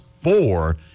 four